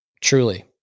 Truly